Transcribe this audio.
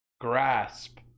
grasp